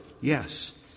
yes